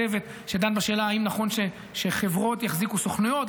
צוות שדן בשאלה אם נכון שחברות יחזיקו סוכנויות.